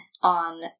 on